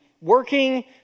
working